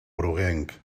groguenc